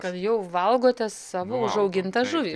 kad jau valgote savo užaugintą žuvį